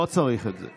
לא צריך את זה.